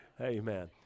Amen